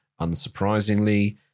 Unsurprisingly